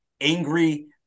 angry